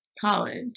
college